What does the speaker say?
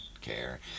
care